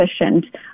efficient